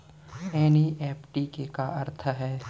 NEFT के का अर्थ है?